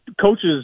coaches